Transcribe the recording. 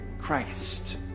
Christ